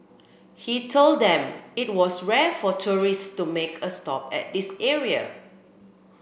he told them it was rare for tourists to make a stop at this area